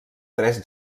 tres